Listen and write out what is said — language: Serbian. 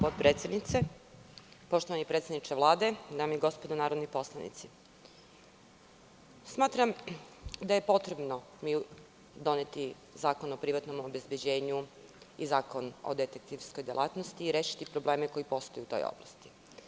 Poštovani predsedniče Vlade, dame i gospodo narodni poslanici, smatram da je potrebno doneti zakon o privatnom obezbeđenju i zakon o detektivskoj delatnosti i rešiti probleme koji postoje u toj oblasti.